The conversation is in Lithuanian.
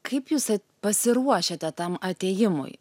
kaip jūs pasiruošiate tam atėjimui